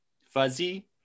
fuzzy